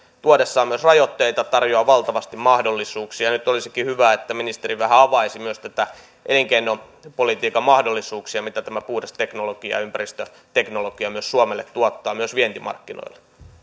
tuodessaan rajoitteita tarjoaa myös valtavasti mahdollisuuksia nyt olisikin hyvä että ministeri vähän avaisi myös näitä elinkeinopolitiikan mahdollisuuksia mitä tämä puhdas teknologia ympäristöteknologia myös suomelle tuottaa myös vientimarkkinoilla